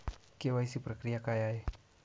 KYC प्रक्रिया काय आहे?